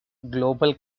global